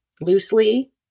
loosely